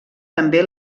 també